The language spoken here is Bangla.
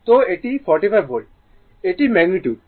তো এটি 45 ভোল্ট এটি ম্যাগনিটিউড